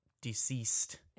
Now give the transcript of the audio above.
deceased